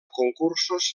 concursos